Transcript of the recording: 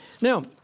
Now